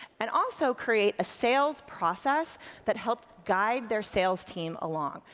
and also create a sales process that helped guide their sales team along.